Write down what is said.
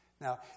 Now